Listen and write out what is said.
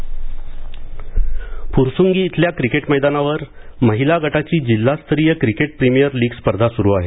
पणे क्रीडा फुरसुंगी इथल्या क्रिकेट मैदानावर महिला गटाची जिल्हास्तरीय क्रिकेट प्रीमियर लीग स्पर्धा सुरू आहे